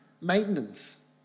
Maintenance